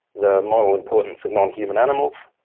the model importance of non-human animals,